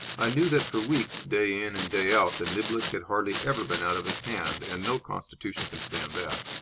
i knew that for weeks, day in and day out, the niblick had hardly ever been out of his hand, and no constitution can stand that.